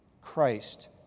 Christ